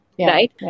Right